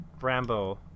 Rambo